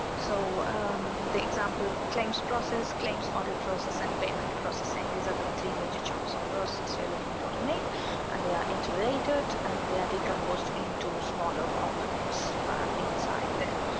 so the example claims process, claims audit process and payment processing. these are the three major chunks of process. we are looking to automate and they are integrated and they are decomposed into smaller components but inside them.